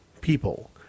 people